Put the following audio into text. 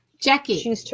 Jackie